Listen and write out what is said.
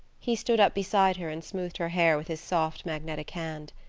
he stood up beside her and smoothed her hair with his soft, magnetic hand.